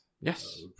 Yes